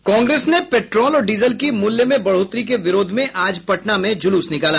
कांग्रेस ने पेट्रोल और डीजल की मूल्य में बढ़ोतरी के विरोध में आज पटना में जुलूस निकाला